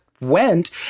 went